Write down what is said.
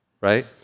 Right